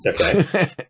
Okay